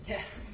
Yes